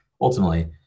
ultimately